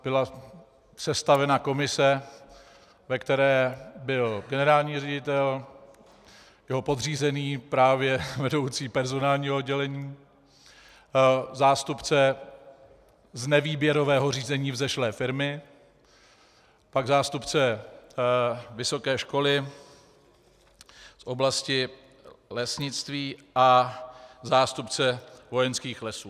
Byla sestavena komise, ve které byl generální ředitel, jeho podřízený, právě vedoucí personálního oddělení, zástupce z nevýběrového řízení vzešlé firmy, pak zástupce vysoké školy z oblasti lesnictví a zástupce Vojenských lesů.